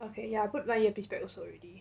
okay ya I put my earpiece back also already